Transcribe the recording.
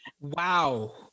wow